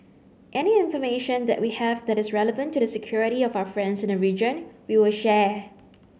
any information that we have that is relevant to the security of our friends in the region we will share